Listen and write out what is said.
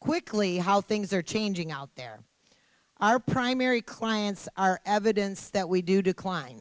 quickly how things are changing out there our primary clients are evidence that we do decline